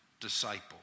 disciple